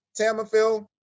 Tamifil